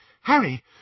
Harry